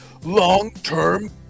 long-term